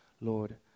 Lord